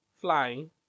flying